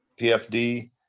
PFD